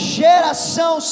geração